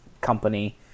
company